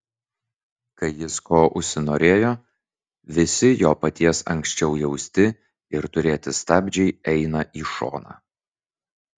kai jis ko užsinorėjo visi jo paties anksčiau jausti ir turėti stabdžiai eina į šoną